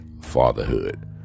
fatherhood